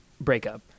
breakup